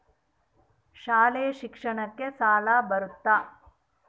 ಶಾಲಾ ಶಿಕ್ಷಣಕ್ಕ ಸಾಲ ಬರುತ್ತಾ?